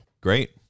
great